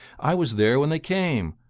i was there when they came.